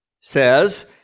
says